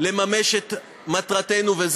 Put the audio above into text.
לממש את מטרתנו,